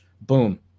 Boom